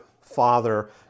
father